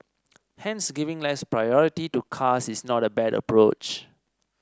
hence giving less priority to cars is not a bad approach